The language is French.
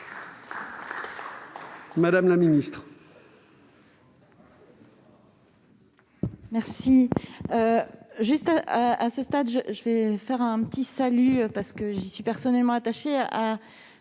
Mme la ministre.